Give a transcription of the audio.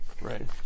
Right